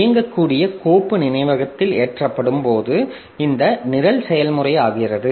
இயங்கக்கூடிய கோப்பு நினைவகத்தில் ஏற்றப்படும் போது இந்த நிரல் செயல்முறையாகிறது